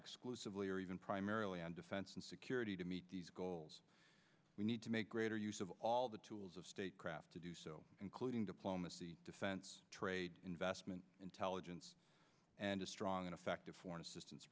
exclusively or even primarily on defense and security to meet these goals we need to make greater use of all the tools of statecraft to do so including diplomacy defense trade investment intelligence and a strong and effective foreign assistance